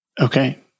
Okay